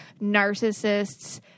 narcissists